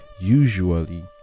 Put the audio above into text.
usually